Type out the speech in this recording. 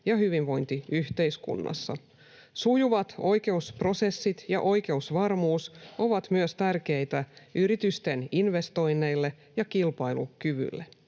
ja hyvinvointiyhteiskunnassa. Sujuvat oikeusprosessit ja oikeusvarmuus ovat myös tärkeitä yritysten investoinneille ja kilpailukyvylle.